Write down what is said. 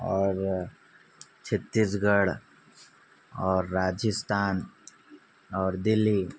اور چھتیس گڑھ اور راجستھان اور دلّی